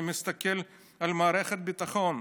אני מסתכל על מערכת הביטחון,